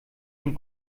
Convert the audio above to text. den